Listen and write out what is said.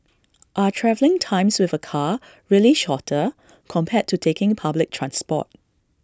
are travelling times with A car really shorter compared to taking public transport